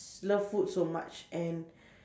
love food so much and